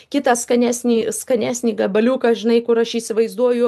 kitą skanesnį skanesnį gabaliuką žinai kur aš įsivaizduoju